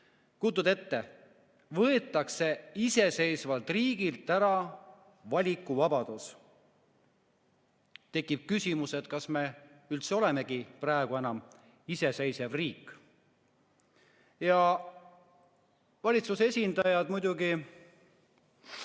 Kujutate ette: võetakse iseseisvalt riigilt ära valikuvabadus. Tekib küsimus, kas me üldse olemegi praegu enam iseseisev riik. Ja valitsuse esindajad muidugi